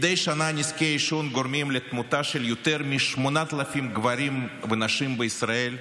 מדי שנה נזקי העישון גורמים למוות של יותר מ-8,000 גברים ונשים בישראל,